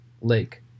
lake